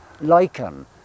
lichen